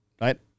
right